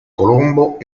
colombo